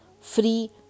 free